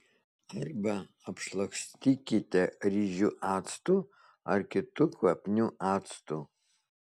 arba apšlakstykite ryžių actu ar kitu kvapniu actu